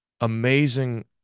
amazing